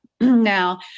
Now